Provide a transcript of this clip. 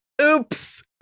oops